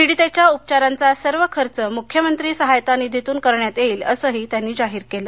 पिडीतेच्या उपघारांचा सर्व खर्च मुख्यमंत्री सहाय्यता निधीतून करण्यात येईल असंही त्यांनी जाहीर केलं